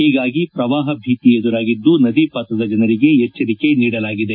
ಒೀಗಾಗಿ ಪ್ರವಾಪ ಭೀತಿ ಎದುರಾಗಿದ್ದು ನದಿ ಪಾತ್ರದ ಜನರಿಗೆ ಎಚ್ಚರಿಕೆ ನೀಡಲಾಗಿದೆ